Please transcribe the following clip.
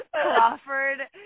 Crawford